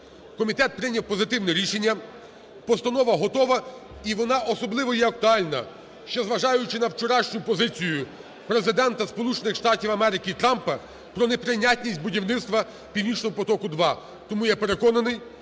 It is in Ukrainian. Комітет прийняв позитивне рішення. Постанова готова, і вона особливо є актуальна, ще зважаючи на вчорашню позицію Президента Сполучених Штатів Америки Трампа про неприйнятність будівництва "Північного потоку 2". Тому я переконаний,